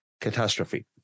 Catastrophe